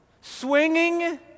Swinging